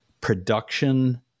production